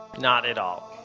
not at all.